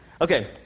Okay